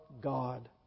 God